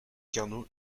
carnot